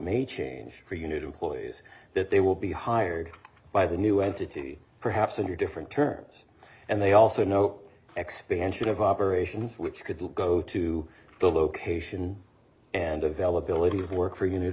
may change for unit employees that they will be hired by the new entity perhaps in your different terms and they also know expansion of operations which could lead go to the location and availability of work for unit